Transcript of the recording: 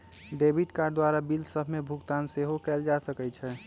debit card द्वारा bill सभके भुगतान सेहो कएल जा सकइ छै